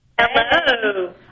Hello